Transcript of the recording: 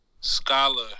scholar